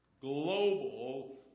global